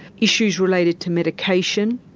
issues related to medication,